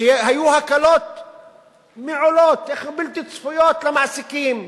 שהיו הקלות מעולות, בלתי צפויות, למעסיקים,